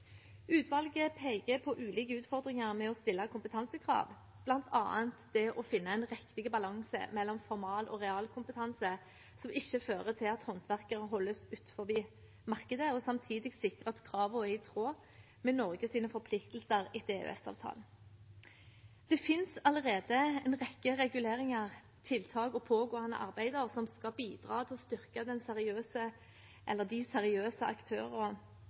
Utvalget peker på ulike utfordringer med å stille kompetansekrav, bl.a. det å finne en riktig balanse mellom formal- og realkompetanse som ikke fører til at håndverkere holdes utenfor markedet, og samtidig sikre at kravene er i tråd med Norges forpliktelser etter EØS-avtalen. Det finnes allerede en rekke reguleringer, tiltak og pågående arbeid som skal bidra til å styrke de seriøse